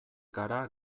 gara